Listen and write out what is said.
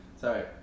sorry